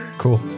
Cool